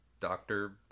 Doctor